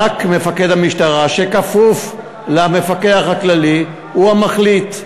רק מפקד המשטרה, שכפוף למפקח הכללי, מחליט,